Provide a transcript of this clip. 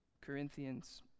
Corinthians